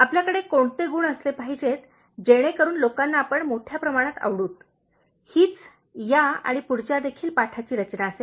आपल्याकडे कोणते गुण असले पाहिजेत जेणेकरून लोकांना आपण मोठ्या प्रमाणात आवडूत हीच या आणि पुढच्यादेखील पाठाची रचना असेल